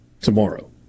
tomorrow